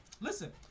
Listen